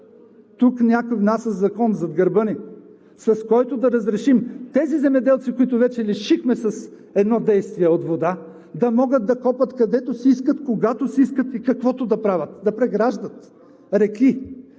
Тук някой внася закон зад гърба ни, с който да разрешим тези земеделци, които вече с едно действие лишихме от вода, да могат да копаят където си искат, когато и каквото си искат да правят – да преграждат реки,